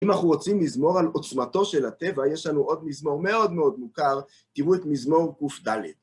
אם אנחנו רוצים מזמור על עוצמתו של הטבע, יש לנו עוד מזמור מאוד מאוד מוכר, תראו את מזמור ק"ד